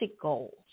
goals